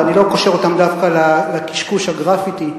ואני לא קושר אותם דווקא לקשקוש הגרפיטי,